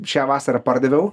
šią vasarą pardaviau